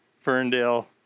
Ferndale